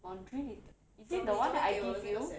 laundry deter~ is it the one that I give you